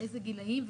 באיזה גילאים,